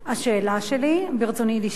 ברצוני לשאול: